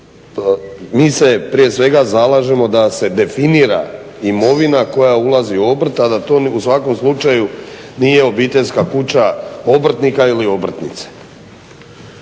mi se prije svega zalažemo da se definira imovina koja ulazi u obrt, a da to u svakom slučaju nije obiteljska kuća obrtnika ili obrtnice.